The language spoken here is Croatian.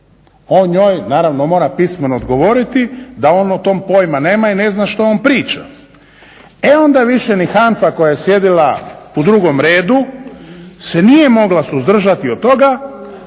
On njoj, naravno mora pismeno odgovoriti da on o tom pojma nema i ne zna što on priča. E onda više ni HANFA koja je sjedila u drugom redu se nije mogla suzdržati od toga,